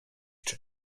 czy